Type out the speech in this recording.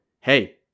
Hey